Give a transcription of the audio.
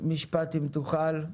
רם, משפט אם תוכל?